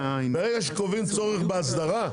ברגע שקובעים צורך בהסדרה,